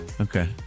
okay